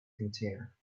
container